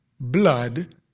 blood